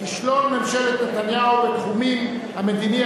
כישלון ממשלת נתניהו בתחום המדיני,